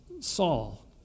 Saul